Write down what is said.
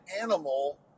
animal